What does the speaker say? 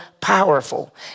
powerful